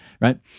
right